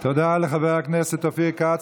תודה לחבר הכנסת אופיר כץ.